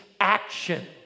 action